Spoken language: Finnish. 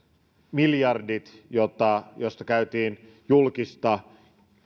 miljardit joista käytiin julkista